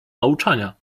nauczania